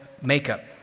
makeup